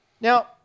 Now